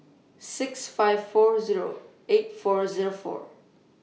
six five four Zero eight four Zero four